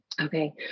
Okay